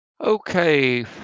Okay